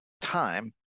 time